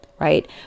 Right